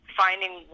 finding